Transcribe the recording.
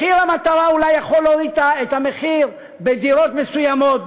מחיר המטרה אולי יכול להוריד את המחיר בדירות מסוימות,